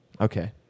Okay